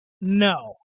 No